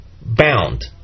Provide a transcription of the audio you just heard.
bound